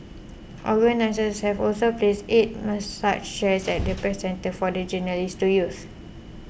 organisers have also placed eight massage chairs at the Press Centre for the journalists to use